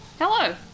Hello